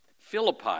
Philippi